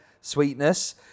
sweetness